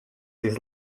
his